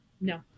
no